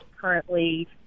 currently